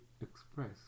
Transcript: express